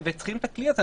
וצריכים את הכלי הזה.